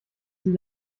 sie